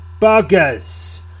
buggers